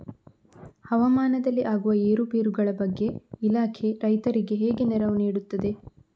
ಹವಾಮಾನದಲ್ಲಿ ಆಗುವ ಏರುಪೇರುಗಳ ಬಗ್ಗೆ ಇಲಾಖೆ ರೈತರಿಗೆ ಹೇಗೆ ನೆರವು ನೀಡ್ತದೆ?